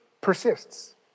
persists